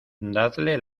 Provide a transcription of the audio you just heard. dadle